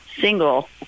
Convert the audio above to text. single